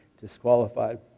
disqualified